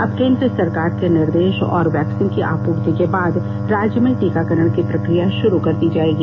अब केन्द्र सरकार के निर्दे ा और वैक्सीन की आपूर्ति के बाद राज्य में टीकाकरण की प्रक्रिया भारू कर दी जायेगी